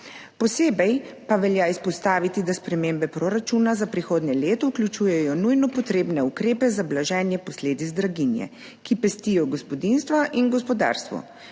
Posebej pa velja izpostaviti, da spremembe proračuna za prihodnje leto vključujejo nujno potrebne ukrepe za blaženje posledic draginje, ki pestijo gospodinjstva in gospodarstvo.